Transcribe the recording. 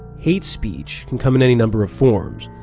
hate-speech can come in any number of forms,